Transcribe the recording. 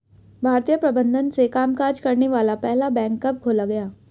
भारतीय प्रबंधन से कामकाज करने वाला पहला बैंक कब खोला गया?